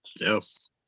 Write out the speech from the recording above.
Yes